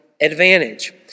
advantage